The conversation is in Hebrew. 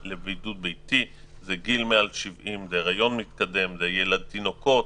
מדובר באנשים מעל גיל 70, הריון מתקדם, תינוקות,